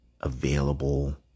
available